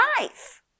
life